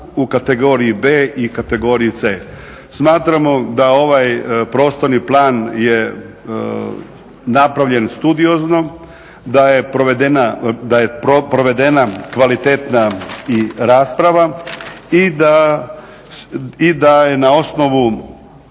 u kategoriji b i kategoriji c. Smatramo da ovaj prostorni plan je napravljen studiozno, da je provedena kvalitetna rasprava i da je na osnovu